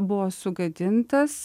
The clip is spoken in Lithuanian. buvo sugadintas